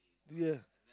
ya